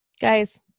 Guys